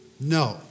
No